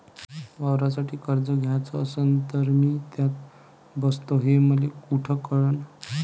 वावरासाठी कर्ज घ्याचं असन तर मी त्यात बसतो हे मले कुठ कळन?